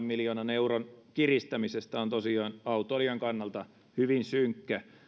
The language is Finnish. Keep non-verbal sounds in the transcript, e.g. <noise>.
<unintelligible> miljoonan euron kiristämisestä on tosiaan autoilijan kannalta hyvin synkkä